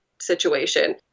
situation